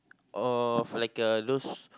of like uh those